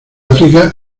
áfrica